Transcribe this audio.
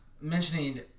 mentioning